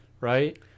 right